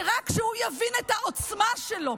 שרק כשהוא יבין את העוצמה שלו,